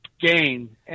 gain